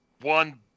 one